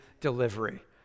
delivery